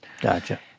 Gotcha